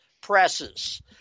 presses